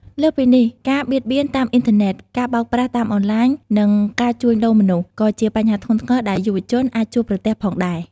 លើសពីនេះ ការ បៀតបៀនតាមអ៊ីនធឺណិត ការបោកប្រាស់តាមអនឡាញ និងការជួញដូរមនុស្ស ក៏ជាបញ្ហាធ្ងន់ធ្ងរដែលយុវជនអាចជួបប្រទះផងដែរ។